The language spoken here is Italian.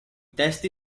testi